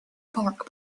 park